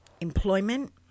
employment